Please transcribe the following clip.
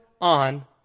on